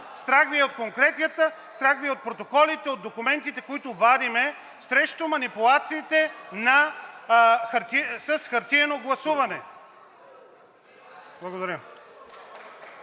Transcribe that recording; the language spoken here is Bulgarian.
страх Ви е от конкретиката, страх Ви е от протоколите, от документите, които вадим срещу манипулациите с хартиено гласуване.